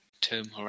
term